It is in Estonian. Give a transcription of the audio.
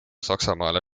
saksamaale